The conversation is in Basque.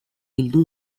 bildu